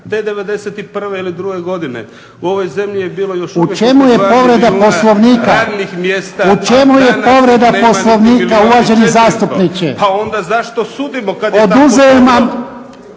U čemu je povreda Poslovnika uvaženi zastupniče? … /Upadica